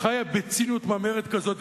חיה בציניות ממארת כזאת,